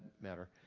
matter